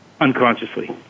unconsciously